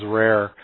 rare